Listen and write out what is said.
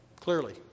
clearly